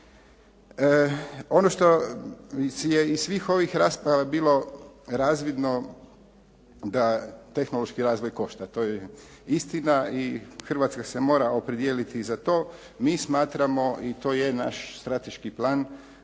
Ono što je iz svih ovih rasprava bilo razvidno da tehnološki razvoj košta. To je istina i Hrvatska se mora opredijeliti za to. Mi smatramo i to je naš strateški plan